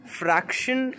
fraction